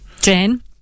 Jane